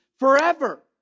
Forever